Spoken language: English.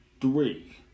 Three